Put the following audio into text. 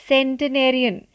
Centenarian